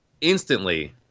instantly